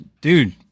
dude